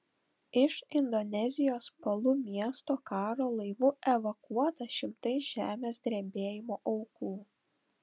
iš indonezijos palu miesto karo laivu evakuota šimtai žemės drebėjimo aukų